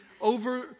over